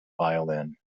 violin